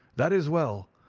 that is well.